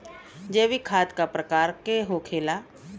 जैविक खाद का प्रकार के होखे ला?